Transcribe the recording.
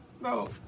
No